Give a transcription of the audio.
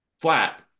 flat